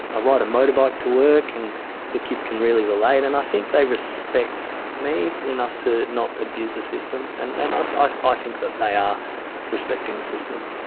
ah ride a motorbike to work and the kids can really relate. and i think they respect me enough to not abuse the system. and ah i think that they um respect and the system.